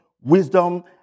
Wisdom